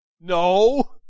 No